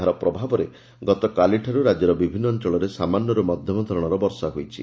ଏହାର ପ୍ରଭାବରେ ଗତକାଲିଠାରୁ ରାକ୍ୟର ବିଭିନ୍ନ ଅଅଳରେ ସାମାନ୍ୟରୁ ମଧ୍ଧମ ଧରଣର ବର୍ଷା ହୋଇଛି